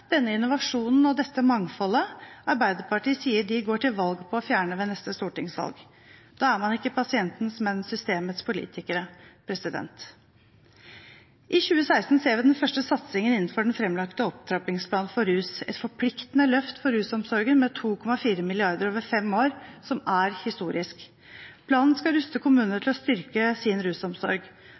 denne innovasjonen og dette mangfoldet Arbeiderpartiet sier de går til valg på å fjerne ved neste stortingsvalg. Da er man ikke pasientens, men systemets politikere. I 2016-budsjettet ser vi den første satsingen innenfor den framlagte opptrappingsplanen for rus, et forpliktende løft for rusomsorgen med 2,4 mrd. kr over fem år, som er historisk. Planen skal ruste kommunene til å styrke sin rusomsorg,